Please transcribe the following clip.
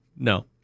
no